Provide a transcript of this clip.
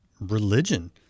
religion